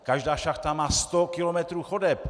Každá šachta má sto kilometrů chodeb.